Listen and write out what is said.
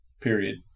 period